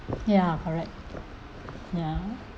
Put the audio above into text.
ya correct ya